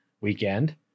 weekend